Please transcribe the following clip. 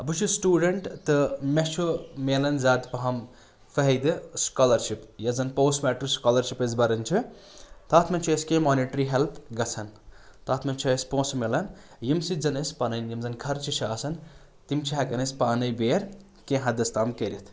بہٕ چھُس سٹوٗڈَنٛٹ تہٕ مےٚ چھُ مِلان زیادٕ پَہَم فٲیدٕ سکالَرشِپ یۄس زَن پوسٹ میٹرِک سکالَرشِپ أسۍ بَران چھِ تَتھ منٛز چھِ أسۍ کینٛہہ مانِٹرٛی ہٮ۪لٕپ گَژھان تَتھ منٛز چھِ اَسہِ پونٛسہٕ مِلَان ییٚمہِ سٕتۍ زَن أسۍ پَنٕنۍ یِم زَن خَرچہِ چھِ آسَان تِم چھِ ہٮ۪کَان أسۍ پانَے بیر کینٛہہ حَدَس تام کٔرِتھ